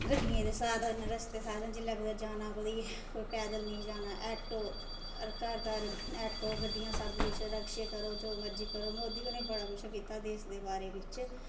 गड्डियें दे साधन रस्ते दे साधन जिसलै कुदै जाना पैदल नीं जाना ऑटो घर घर ऑटो गड्डियां सब कुछ रिक्शे करो जो मर्जी करो मोदी होरें बड़ा किश कीता देश दे बारे च